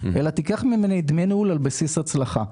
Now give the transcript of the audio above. אלא קח ממני דמי ניהול על בסיס הצלחה.